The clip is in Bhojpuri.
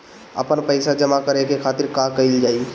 आपन पइसा जमा करे के खातिर का कइल जाइ?